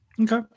Okay